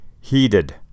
Heated